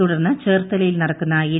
തുടർന്ന് ചേർത്തലയിൽ നടക്കുന്ന എൻ